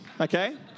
okay